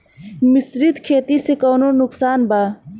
मिश्रित खेती से कौनो नुकसान वा?